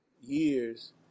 years